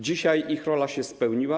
Dzisiaj ich rola się spełniła.